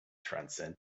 transcend